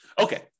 Okay